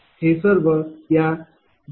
हे सर्व या डेरिवेशन मधून मिळाले आहे